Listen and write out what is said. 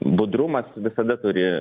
budrumas visada turi